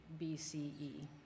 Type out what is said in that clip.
BCE